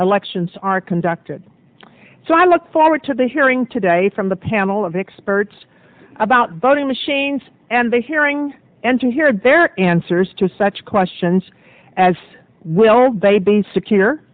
elections are conducted so i look forward to the hearing today from the panel of experts about voting machines and the hearing and to hear their answers to such questions as will they be secure